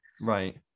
right